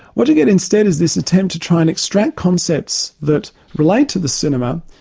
what you get instead is this attempt to try and extract concepts that relate to the cinema,